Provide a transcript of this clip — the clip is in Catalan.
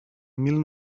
mil